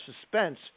suspense